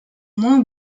moins